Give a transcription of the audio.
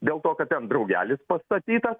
dėl to kad ten draugelis pastatytas